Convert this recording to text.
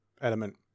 element